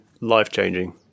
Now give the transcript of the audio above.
life-changing